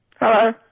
Hello